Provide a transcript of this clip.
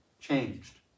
changed